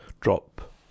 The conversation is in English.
drop